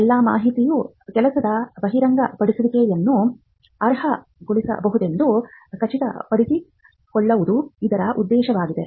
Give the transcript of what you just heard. ಎಲ್ಲಾ ಮಾಹಿತಿಯು ಕೆಲಸದ ಬಹಿರಂಗಪಡಿಸುವಿಕೆಯನ್ನು ಅರ್ಹಗೊಳಿಸಬಹುದೆಂದು ಖಚಿತಪಡಿಸಿಕೊಳ್ಳುವುದು ಇದರ ಉದ್ದೇಶವಾಗಿದೆ